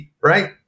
right